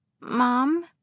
Mom